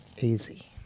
Easy